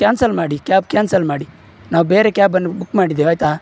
cancel ಮಾಡಿ cab cancel ಮಾಡಿ ನಾವು ಬೇರೆ ಕ್ಯಾಬನ್ನು ಬುಕ್ ಮಾಡಿದ್ದೇವೆ ಆಯ್ತಾ